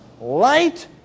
light